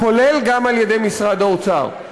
כולל גם על-ידי משרד האוצר.